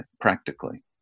practically